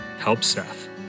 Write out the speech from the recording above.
helpseth